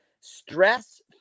Stress